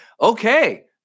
Okay